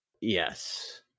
Yes